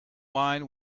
wine